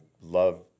love